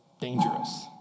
dangerous